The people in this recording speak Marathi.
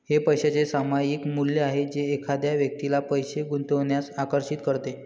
हे पैशाचे सामायिक मूल्य आहे जे एखाद्या व्यक्तीला पैसे गुंतवण्यास आकर्षित करते